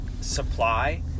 supply